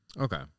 Okay